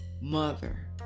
mother